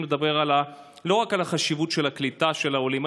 לדבר לא רק על החשיבות של הקליטה של העולים,